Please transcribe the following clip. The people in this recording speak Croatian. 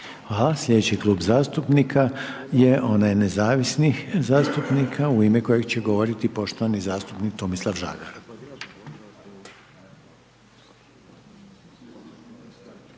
Sljedeći Klub zastupnika je onaj HNS-a u ime kojeg će govoriti poštovana zastupnika Božica Makar.